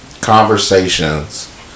conversations